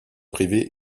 privée